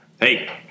Hey